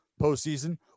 postseason